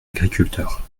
agriculteurs